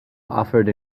offered